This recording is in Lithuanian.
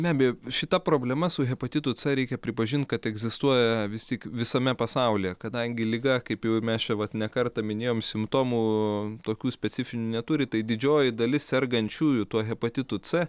be abejo šita problema su hepatitu c reikia pripažint kad egzistuoja vis tik visame pasaulyje kadangi liga kaip jau ir mes čia vat ne kartą minėjom simptomų tokių specifinių neturi tai didžioji dalis sergančiųjų tuo hepatitu c